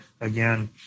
again